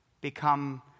become